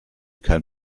kein